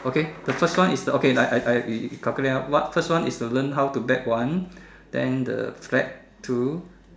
okay the first one is okay like I I I we calculate out first one is to learn how to bet one then the step two